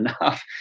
enough